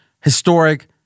historic